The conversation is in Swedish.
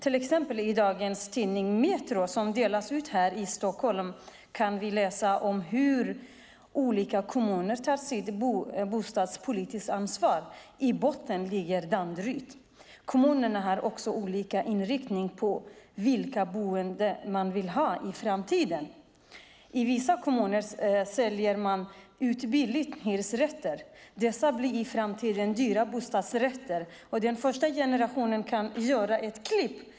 I dagens Metro, som delas ut här i Stockholm, kan vi läsa om hur olika kommuner tar sitt bostadspolitiska ansvar. I botten ligger Danderyd. Kommunerna har också olika inriktning på vilka boenden de vill ha i framtiden. I vissa kommuner säljer man ut hyresrätter billigt. Dessa blir i framtiden dyra bostadsrätter, och den första generationen kan göra ett klipp.